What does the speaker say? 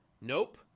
Nope